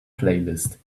playlist